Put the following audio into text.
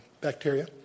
bacteria